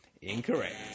Incorrect